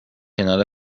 کنار